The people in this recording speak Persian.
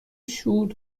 شور